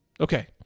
okay